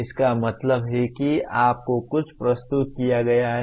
इसका मतलब है कि आपको कुछ प्रस्तुत किया गया है